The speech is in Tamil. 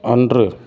அன்று